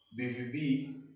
BVB